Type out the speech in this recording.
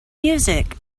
music